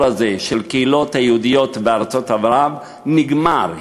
הזה של הקהילות היהודיות בארצות ערב נגמר,